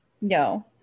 No